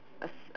a s~